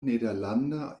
nederlanda